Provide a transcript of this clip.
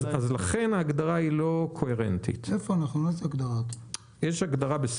לכן, ההגדרה לא קוהרנטית, או שתשימו הגדרה מיהו